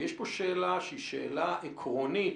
ויש פה שאלה שהיא שאלה עקרונית,